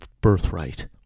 birthright